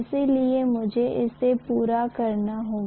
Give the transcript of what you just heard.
इसलिए मुझे इसे पूरा करना होगा